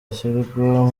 ushyirwa